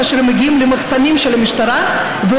כאשר הם מגיעים למחסנים של המשטרה ורואים